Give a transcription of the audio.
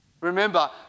Remember